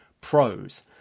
Pros